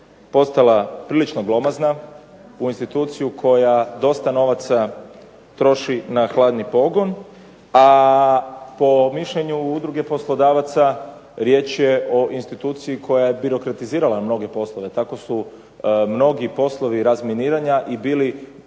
postala prilično glomazna, u instituciju koja dosta novaca troši na hladni pogon, a po mišljenju Udruge poslodavaca riječ je o instituciji koja je birokratizirala mnoge poslove. Tako su mnogi poslovi razminiranja i bili,